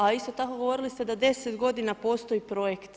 A isto tako govorili ste da 10 godina postoji projekt.